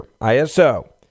ISO